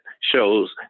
shows